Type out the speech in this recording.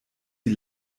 die